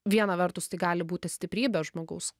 vieną vertus tai gali būti stiprybė žmogaus